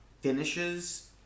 finishes